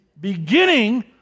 beginning